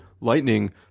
lightning